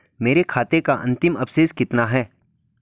मेरे खाते का अंतिम अवशेष कितना है?